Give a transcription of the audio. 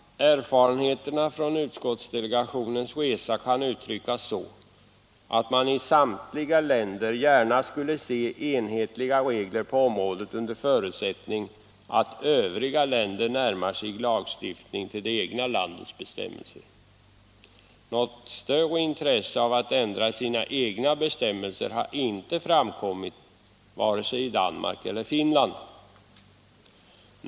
Erfarenheterna från utskottsdelegationens resa kan uttryckas så, att man i samtliga länder gärna ser att det införs enhetliga regler på området under förutsättning att övriga länder i sin lagstiftning närmar sig det egna landets bestämmelser. Något större intresse av att ändra sina egna bestämmelser har inte framkommit i vare sig Danmark eller Finland.